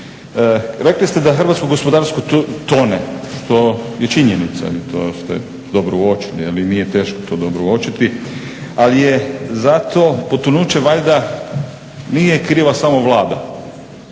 Rekli ste da hrvatsko gospodarstvo tone što je činjenica i to ste dobro uočili i nije teško to dobro uočiti. Ali je zato potonuće valjda nije kriva samo Vlada,